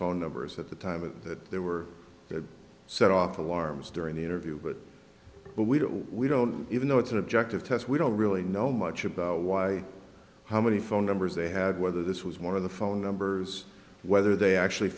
phone numbers at the time and that there were set off alarms during the interview but what we do we don't even know it's an objective test we don't really know much about why how many phone numbers they had whether this was one of the phone numbers whether they actually